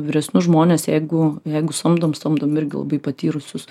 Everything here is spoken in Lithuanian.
vyresnius žmones jeigu jeigu samdom samdom irgi labai patyrusius